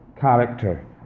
character